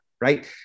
right